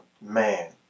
man